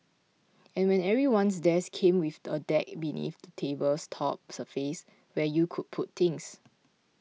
and when everyone's desk came with a deck beneath the table's top surface where you could put things